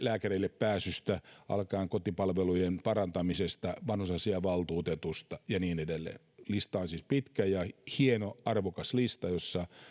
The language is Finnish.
lääkärille pääsystä kotipalvelujen parantamisesta vanhusasiavaltuutetusta ja niin edelleen lista on siis pitkä ja hieno arvokas lista jossa